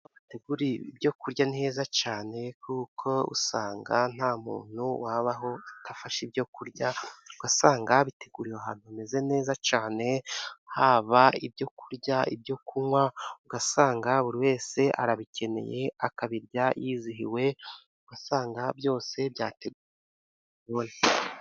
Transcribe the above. Ahantu bategurira ibyo kurya ni heza cyane, kuko usanga nta muntu uba udafashe ibyo kurya, ugasanga babiteguriye ahantu hameze neza cyane, haba ibyo kurya, ibyo kunywa, ugasanga buri wese arabikeneye, akabirya yizihiwe, wasanga byose byateguwe.